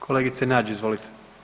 Kolegice Nađ, izvolite.